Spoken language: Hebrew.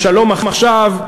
ל"שלום עכשיו",